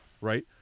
right